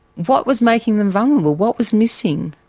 what was making them vulnerable, what was missing?